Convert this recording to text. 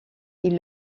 est